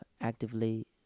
actively